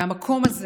מהמקום הזה